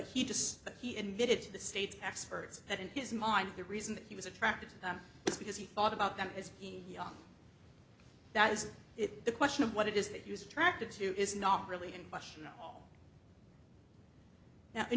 that he admitted to the state experts that in his mind the reason that he was attracted to them is because he thought about them as he that is the question of what it is that use a tractor to is not really in question now in